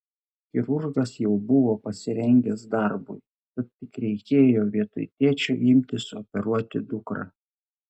chirurgas jau buvo pasirengęs darbui tad tik reikėjo vietoj tėčio imtis operuoti dukrą